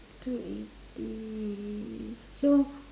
two eighty so